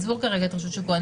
עזבו כרגע את רשות שוק ההון.